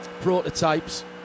prototypes